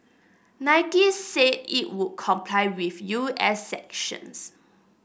Nike said it would comply with U S sanctions